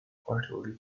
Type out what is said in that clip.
quarterly